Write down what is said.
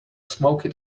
smoky